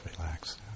Relax